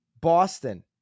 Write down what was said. Boston